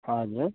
हजुर